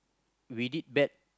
we did bad